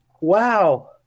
wow